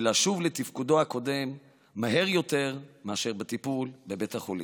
ולשוב לתפקודו הקודם מהר יותר מאשר בטיפול בבית החולים.